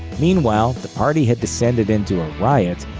meanwhile, the party had descended into a riot,